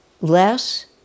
Less